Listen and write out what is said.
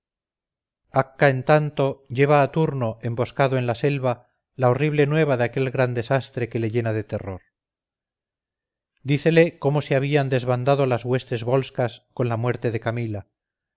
en tanto lleva a turno emboscado en la selva la horrible nueva de aquel gran desastre que le llena de terror dícele cómo se habían desbandado las huestes volscas con la muerte de camila